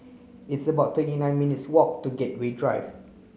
it's about twenty nine minutes walk to Gateway Drive